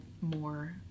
more